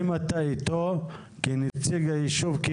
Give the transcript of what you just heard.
אם אתה איתו כנציג הישוב,